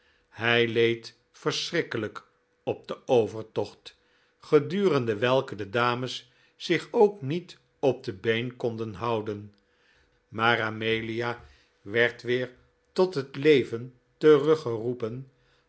hij leed verschrikkelijk op den overtocht gedurende welken de dames zich ook niet op de been konden houden maar amelia werd weer tot het leven